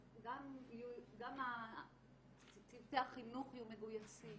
אז גם צוותי החינוך יהיו מגויסים.